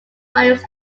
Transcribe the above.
columns